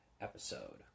episode